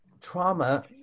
trauma